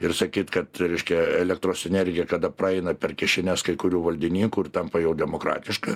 ir sakyt kad reiškia elektros energija kada praeina per kišenes kai kurių valdininkų ir tampa jau demokratiška